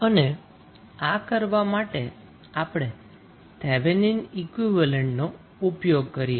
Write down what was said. અને આ કરવા માટે આપણે થેવેનિન ઈક્વીવેલેન્ટ નો ઉપયોગ કરીએ છીએ